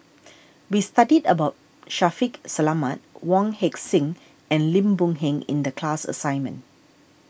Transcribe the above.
we studied about Shaffiq Selamat Wong Heck Sing and Lim Boon Heng in the class assignment